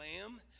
lamb